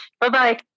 Bye-bye